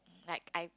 like I